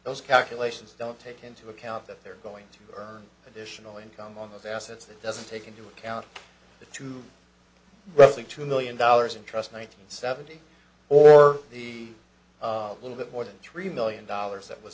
those calculations don't take into account that they're going to earn additional income on those assets that doesn't take into account the two roughly two million dollars in trust one thousand and seventy or the little bit more than three million dollars that was